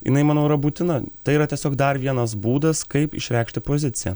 jinai manau yra būtina tai yra tiesiog dar vienas būdas kaip išreikšti poziciją